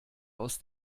aus